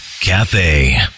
Cafe